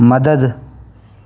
मदद